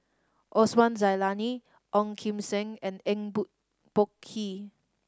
Osman Zailani Ong Kim Seng and Eng Boh Kee